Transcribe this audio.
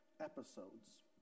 Episodes